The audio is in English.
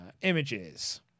Images